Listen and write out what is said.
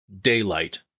Daylight